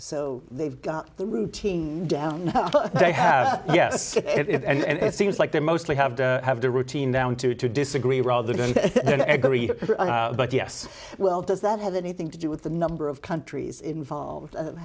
so they've got the routine down yes it and it seems like they're mostly have to have the routine down to to disagree rather than agree but yes well does that have anything to do with the number of countries involved